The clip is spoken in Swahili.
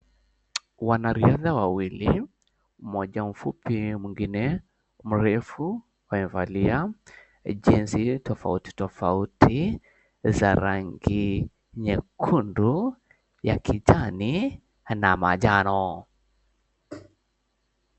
Wanariadha wawili mmoja mfupi mwingine mrefu wamevalia jezi tofauti tofauti za rangi nyekundu ya kijani na manjano.